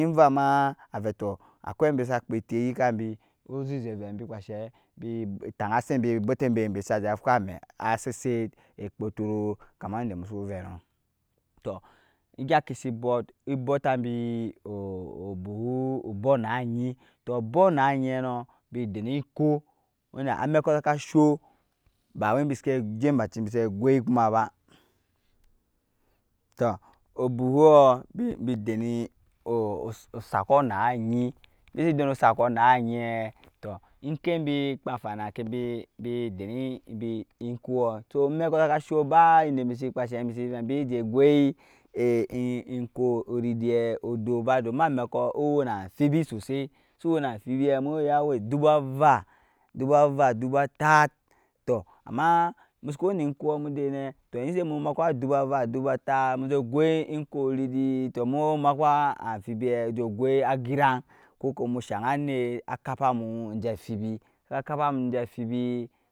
ane tɔɔ akwai ambɛ sa kpɛiti yikambi uzizɛ vɛ bɛ kpashe bi tangan sɛbi bɔɔtɛmbɛ ambɛ sajɛ fom amɛ asɛsɛt kpɔtɔrɔɔ kama inda musu vɛ nɔɔ tɔɔ egya kɛ si bɔt ebɔttambi o. obɔɔ na enyi bi dɛn enkɔɔ amɛkɔɔ sakashoɔ bawɛ bɛ siki chɛ bisiki guɛ baci ba tɔɔ obuhuɔɔ bi dɛn osackɔɔ naenyi tɔɔ kɛ bi kpa amfaril nakɛ bɛ dɛn enkoɔ sɔ amɛkɔ saka shuɔɔ ba inda bisi jɛ gwui enkɔɔ oridi olop ba domin mamɛko owɛi na amfibi soi soi su wɛna amfibi owɛ adubu ava dubu atat tɔɔ ama musuku wɛi ni enko mudɛinɛ mujɛ gww enko ridi tɔɔ mu makpa amfibi ojɛ gwul agiran koko mu shang anɛt kapamu jɛ amfibi sa kapamu jɛ amfibi,